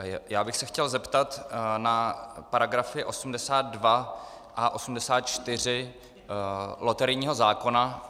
Já bych se chtěl zeptat na § 82 a 84 loterijního zákona.